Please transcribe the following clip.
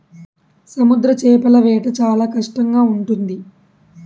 సముద్ర చేపల వేట చాలా కష్టంగా ఉంటుంది